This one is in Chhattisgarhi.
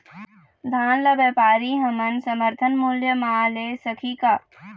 धान ला व्यापारी हमन समर्थन मूल्य म ले सकही का?